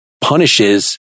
punishes